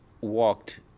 walked